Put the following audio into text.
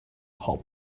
hop